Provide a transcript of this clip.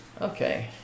okay